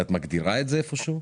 את מגדירה את זה איפה שהוא?